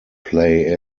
play